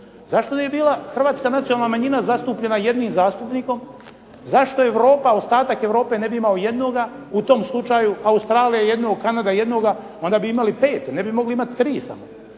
Zašto ne bi bila hrvatska nacionalna manjina zastupljena jednim zastupnikom? Zašto Europa, ostatak Europe ne bi imao jednoga? U tom slučaju Australija jednog, Kanada jednog? Onda bi imali 5, ne bi mogli imati 3 samo.